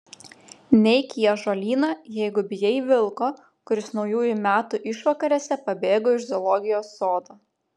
neik į ąžuolyną jeigu bijai vilko kuris naujųjų metų išvakarėse pabėgo iš zoologijos sodo